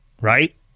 Right